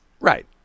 Right